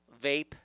vape